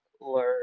learn